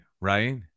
right